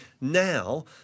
Now